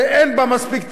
שאין בה מספיק תחרותיות,